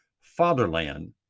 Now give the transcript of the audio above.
fatherland